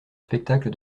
spectacle